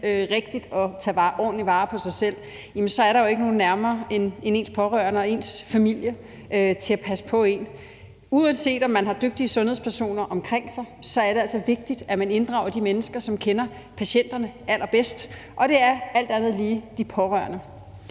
til at tage ordentligt vare på sig selv, er der jo ikke nogen nærmere end ens pårørende og ens familie til at passe på en. Uanset om der er dygtige sundhedspersoner omkring en, er det altså vigtigt, at man inddrager de mennesker, som kender patienterne allerbedst, og det er alt andet lige de pårørende.